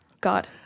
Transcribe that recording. god